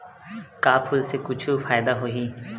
का फूल से कुछु फ़ायदा होही?